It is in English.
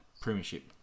premiership